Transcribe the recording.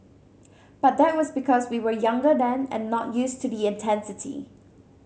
but that was because we were younger then and not used to the intensity